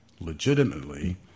legitimately